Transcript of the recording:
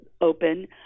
open